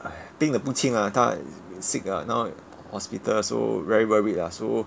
!aiya! 病得不轻 ah 他 sick ah now hospital so very worried lah so